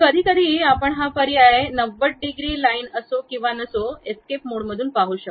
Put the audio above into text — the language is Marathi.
कधीकधी आपण हा पर्याय 90 डिग्री लाइन असो किंवा नसो एस्केप मोड पाहू शकतो